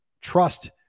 trust